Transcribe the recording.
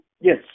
Yes